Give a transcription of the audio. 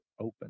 open